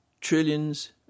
Trillions